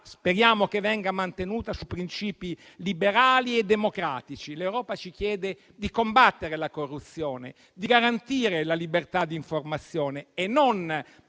speriamo venga mantenuta su princìpi liberali e democratici. L'Europa ci chiede di combattere la corruzione, di garantire la libertà di informazione e non